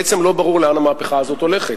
בעצם לא ברור לאן המהפכה הזו הולכת,